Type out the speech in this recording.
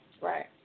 Right